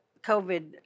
COVID